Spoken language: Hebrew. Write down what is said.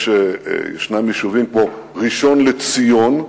יש יישובים כמו ראשון-לציון.